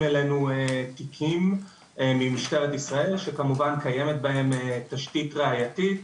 אלינו תיקים ממשטרת ישראל שכמובן קיימת בהם תשתית ראייתית